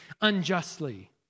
unjustly